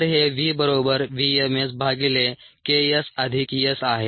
तर हे v बरोबर v m S भागिले K s अधिक S आहे